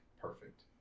perfect